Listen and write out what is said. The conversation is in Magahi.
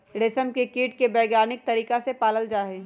रेशम के कीट के वैज्ञानिक तरीका से पाला जाहई